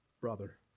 brother